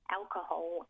alcohol